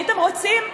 הייתם רוצים?